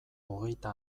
hogeita